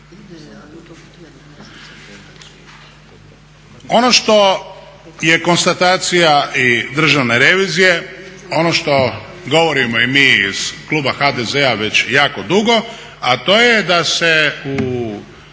Ono što je konstatacija i Državne revizije, ono što govorimo i mi iz kluba HDZ-a već jako dugo, a to je da se u